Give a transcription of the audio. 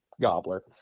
gobbler